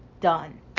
done